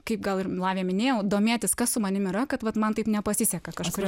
kaip gal ir lavija minėjau domėtis kas su manimi yra kad vat man taip nepasiseka kažkur